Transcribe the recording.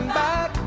back